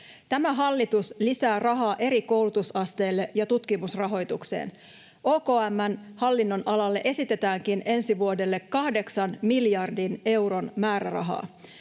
Tämä hallitus lisää rahaa eri koulutusasteille ja tutkimusrahoitukseen. OKM:n hallin-nonalalle esitetäänkin ensi vuodelle kahdeksan miljardin euron määrärahaa.